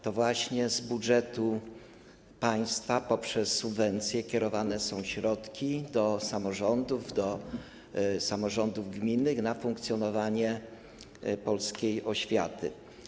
To właśnie z budżetu państwa poprzez subwencje kierowane są środki do samorządów, do samorządów gminnych na funkcjonowanie polskiej oświaty.